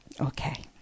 Okay